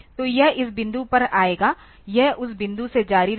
तो यह इस बिंदु पर आएगा यह उस बिंदु से जारी रहेगा